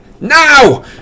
Now